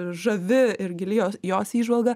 žavi ir gili jo jos įžvalga